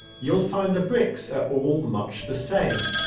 you'll find the bricks are all much the same.